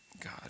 God